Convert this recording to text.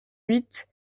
huit